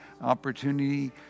opportunity